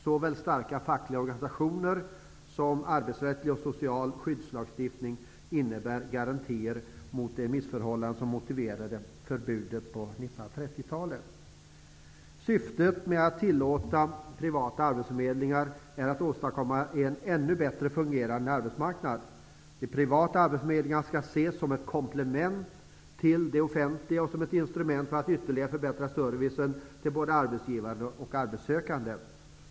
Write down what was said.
Såväl starka fackliga organisationer som arbetsrättslig och social skyddslagstiftning innebär garantier mot de missförhållanden som motiverade förbudet på Syftet med att tillåta privata arbetsförmedlingar är att åstadkomma en ännu bättre fungerande arbetsmarknad. De privata arbetsförmedlingarna skall ses som ett komplement till de offentliga och som ett instrument för att servicen ytterligare skall förbättras för både arbetsgivare och arbetssökande.